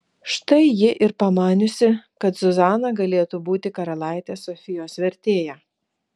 štai ji ir pamaniusi kad zuzana galėtų būti karalaitės sofijos vertėja